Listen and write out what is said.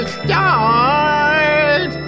start